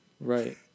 Right